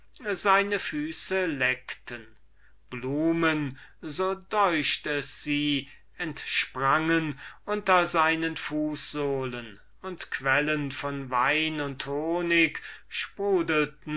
seine füße leckten blumen so deucht es sie entsprangen unter seinen fußsohlen und quellen von wein und honig sprudelten